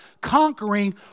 conquering